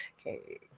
okay